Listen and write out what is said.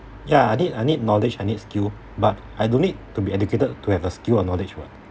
ya I need I need knowledge I need skill but I don't need to be educated to have a skill or knowledge [what]